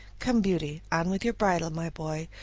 come, beauty, on with your bridle, my boy,